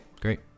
great